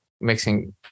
mixing